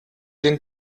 den